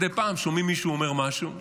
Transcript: מדי פעם שומעים מישהו אומר משהו,